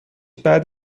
بعد